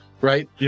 right